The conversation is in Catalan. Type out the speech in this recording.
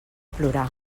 plorar